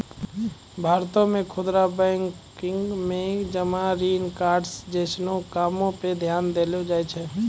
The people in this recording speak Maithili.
भारतो मे खुदरा बैंकिंग मे जमा ऋण कार्ड्स जैसनो कामो पे ध्यान देलो जाय छै